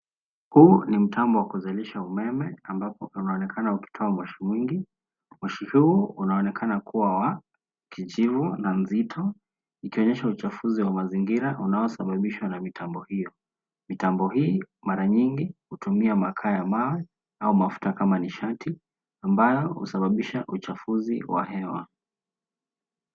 Huu ni mtambo wa kuzalisha umeme ambapo unaonekana ukitoa moshi mwingi .Moshi huu unaonekana kuwa wa kijivu na mzito ukionyesha uchafuzi wa mazingira unaosababishwa na mitambo hiyo. Mitambo hii mara nyingi hutumia makaa ya mawe au mafuta kama nishati ambayo husababisha uchafuzi wa hewa.